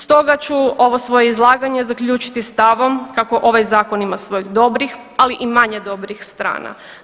Stoga ću ovo svoje izlaganje zaključiti stavom kako ovaj zakon ima svojih dobrih, ali i manje dobrih strana.